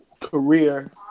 career